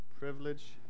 privilege